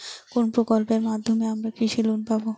কোন প্রকল্পের মাধ্যমে আমরা কৃষি লোন পাবো?